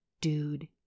dude